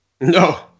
No